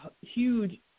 huge